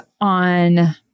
on